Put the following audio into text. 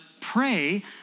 pray